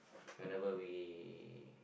whenever we